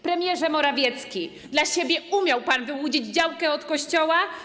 Premierze Morawiecki, dla siebie umiał pan wyłudzić działkę od Kościoła.